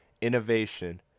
Innovation